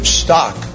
stock